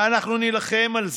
ואנחנו נילחם על זה.